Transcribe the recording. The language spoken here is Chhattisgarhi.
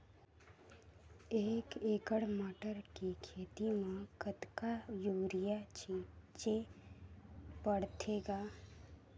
एक एकड़ मटर के खेती म कतका युरिया छीचे पढ़थे ग?